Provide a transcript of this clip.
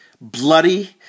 bloody